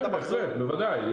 כן, בוודאי.